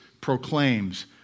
proclaims